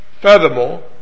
Furthermore